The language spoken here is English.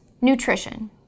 Nutrition